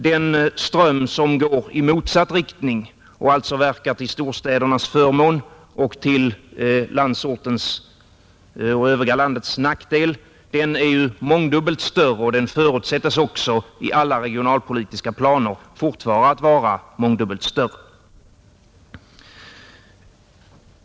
Den ström som går i motsatt riktning, och alltså verkar till storstädernas förmån och till landsortens och det övriga landets nackdel, är ju mångdubbelt större, och den förutsättes också i alla regionalpolitiska planer fortfara att vara mångdubbelt större.